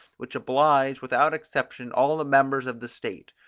which oblige without exception all the members of the state,